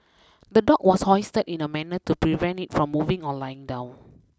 the dog was hoisted in a manner to prevent it from moving or lying down